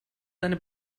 seine